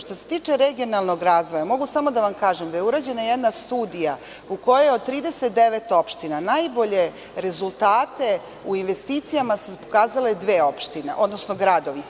Što se tiče regionalnog razvoja, mogu samo da vam kažem da je urađena jedna studija u kojoj od 39 opština najbolje rezultate u investicijama su pokazale dve opštine, odnosno gradovi.